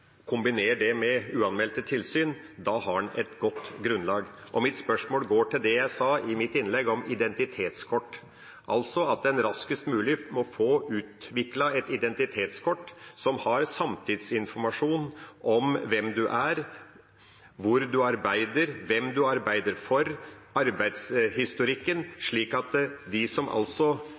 kombinere det med uanmeldte tilsyn. Da har en et godt grunnlag. Mitt spørsmål går til det jeg sa i mitt innlegg om identitetskort, altså at en raskest mulig må få utviklet et identitetskort som har sanntidsinformasjon om hvem man er, hvor man arbeider, hvem man arbeider for, og arbeidshistorikken – slik at de som